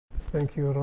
thank you,